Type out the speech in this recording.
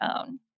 own